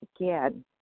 again